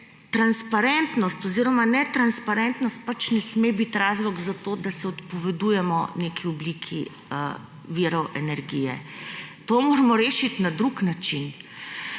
transparentnost oziroma netransparentnost ne sme biti razlog za to, da se odpovedujemo neki obliki virov energije. To moramo rešiti na drug način.